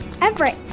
Everett